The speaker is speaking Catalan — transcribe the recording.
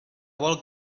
vol